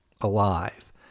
alive